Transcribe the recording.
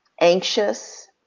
anxious